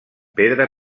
pedra